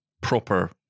proper